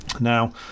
Now